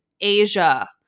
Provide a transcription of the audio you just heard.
Asia